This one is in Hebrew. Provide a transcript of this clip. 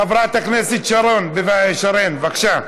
חברת הכנסת שרן, בבקשה.